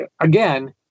again